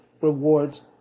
rewards